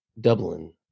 Dublin